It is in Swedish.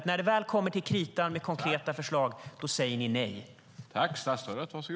När det väl kommer till kritan säger de nej till konkreta förslag.